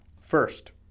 First